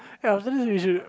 ya I was thinking you should